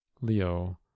leo